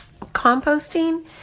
Composting